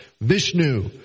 Vishnu